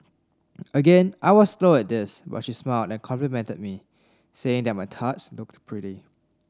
again I was slow at this but she smiled and complimented me saying that my tarts looked pretty